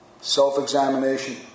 Self-examination